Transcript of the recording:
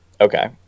Okay